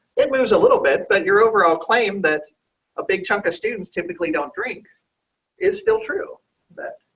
it was a little bit but your overall claim that a big chunk of students typically don't drink is still true that